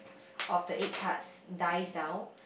of the egg tarts dies down